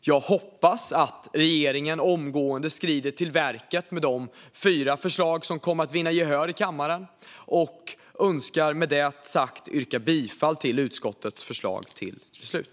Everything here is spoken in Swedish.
Jag hoppas att regeringen omgående skrider till verket med de fyra förslag som kommer att vinna gehör i kammaren och yrkar med detta bifall till utskottets förslag till beslut.